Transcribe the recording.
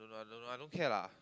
I don't know I don't care lah